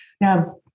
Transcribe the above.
now